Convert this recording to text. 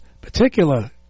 particular